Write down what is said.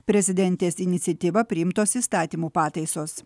prezidentės iniciatyva priimtos įstatymų pataisos